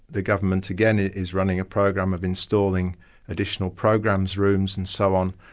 the government again is running a program of installing additional programs rooms and so on,